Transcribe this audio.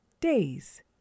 days